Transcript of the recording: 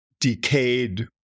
decayed